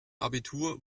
abitur